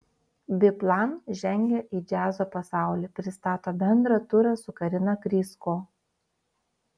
biplan žengia į džiazo pasaulį pristato bendrą turą su karina krysko